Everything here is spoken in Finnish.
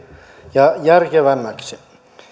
ja järkevämmäksi